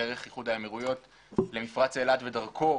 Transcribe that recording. דרך איחוד האמירויות למפרץ אילת ודרכו,